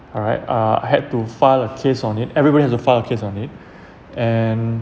alright uh I had to file a case on it everybody has to file a case on it and